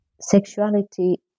sexuality